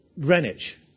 Greenwich